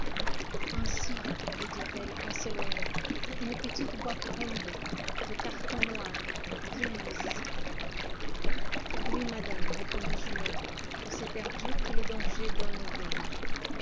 ainsi lui dit-elle en s'éloignant une petite boîte ronde de carton noir bien lisse oui madame répondit julien de cet air dur que le danger donne aux hommes